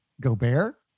Gobert